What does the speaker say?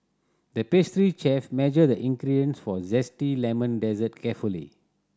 the pastry chef measured the ingredients for a zesty lemon dessert carefully